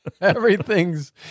Everything's